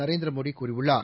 நரேந்திர மோடி கூறியுள்ளார்